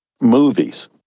movies